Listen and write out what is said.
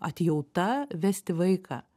atjauta vesti vaiką